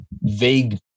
vague